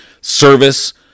service